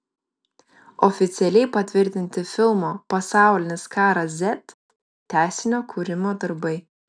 oficialiai patvirtinti filmo pasaulinis karas z tęsinio kūrimo darbai